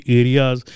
areas